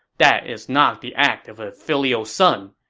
that is not the act of a filial son.